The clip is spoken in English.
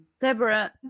Deborah